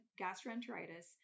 gastroenteritis